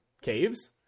caves